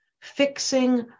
fixing